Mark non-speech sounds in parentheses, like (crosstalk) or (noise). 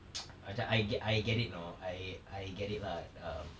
(noise) macam I g~ I get it you know I I get it lah um